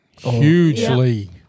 hugely